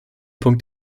punkt